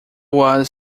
was